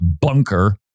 bunker